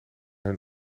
hun